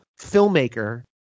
filmmaker